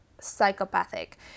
psychopathic